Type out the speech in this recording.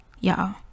y'all